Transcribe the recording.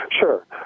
Sure